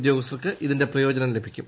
ഉദ്യോഗസ്ഥർക്ക് ഇതിന്റെ പ്രയോജനം ലഭിക്കും